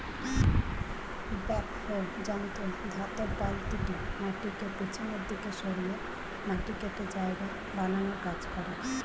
backhoe যন্ত্রে ধাতব বালতিটি মাটিকে পিছনের দিকে সরিয়ে মাটি কেটে জায়গা বানানোর কাজ করে